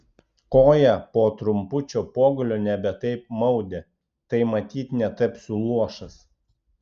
koją po trumpučio pogulio nebe taip maudė tai matyt netapsiu luošas